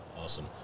Awesome